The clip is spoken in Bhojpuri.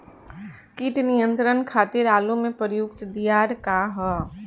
कीट नियंत्रण खातिर आलू में प्रयुक्त दियार का ह?